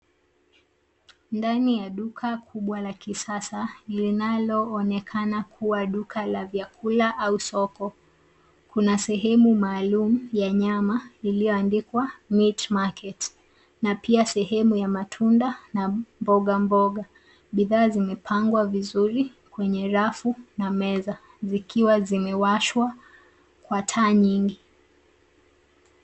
Ndani ya duka kubwa la kisasa, linalo onekana kuwa duka la vyakula au soko, Kuna sehemu maalum ya nyama iliyoandikwa meat market. Na pia sehemu ya matunda na mboga mboga .Bidhaa zimepangwa vizuri kwenye rafu na meza, zikiwa zimewashwa taa nyingi.